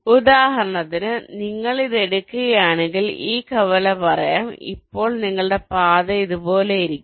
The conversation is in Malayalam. ഉദാഹരണത്തിന് നിങ്ങൾ ഇത് എടുക്കുകയാണെങ്കിൽ ഈ കവല പറയാം അപ്പോൾ നിങ്ങളുടെ പാത ഇതുപോലെ ആയിരിക്കും